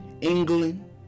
England